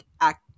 act